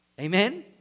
Amen